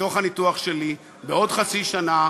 מתוך הניתוח שלי: בעוד חצי שנה,